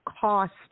cost